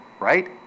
right